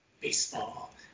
baseball